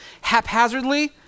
haphazardly